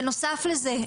בנוסף לזה,